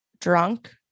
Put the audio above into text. drunk